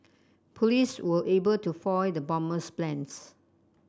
police were able to foil the bomber's plans